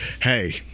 Hey